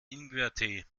ingwertee